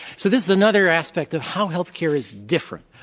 so this is another aspect of how healthcare is different.